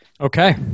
Okay